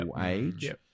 age